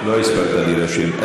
לא הספקתי להירשם.